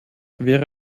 wäre